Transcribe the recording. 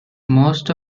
most